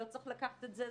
לא צריך לקחת את זה,